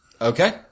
Okay